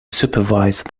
supervise